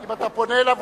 אם אתה פונה אליו,